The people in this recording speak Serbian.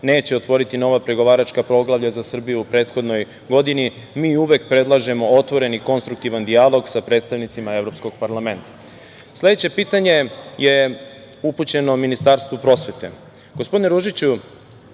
neće otvoriti nova pregovaračka poglavlja za Srbiju u prethodnoj godini, mi uvek predlažemo otvoren i konstruktivan dijalog sa predstavnicima Evropskog parlamenta. Sledeće pitanje je upućeno Ministarstvu prosvete.